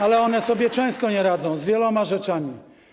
Ale one sobie często nie radzą z wieloma rzeczami.